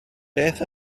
beth